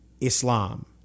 Islam